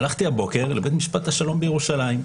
הלכתי הבוקר לבית משפט השלום בירושלים.